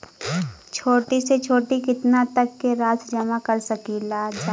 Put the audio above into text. छोटी से छोटी कितना तक के राशि जमा कर सकीलाजा?